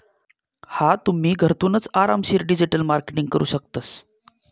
हा तुम्ही, घरथूनच आरामशीर डिजिटल मार्केटिंग करू शकतस